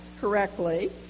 correctly